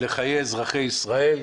לחי האזרחי ישראל,